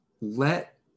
let